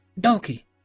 Donkey